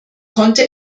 konnte